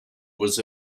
was